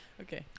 Okay